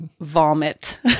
vomit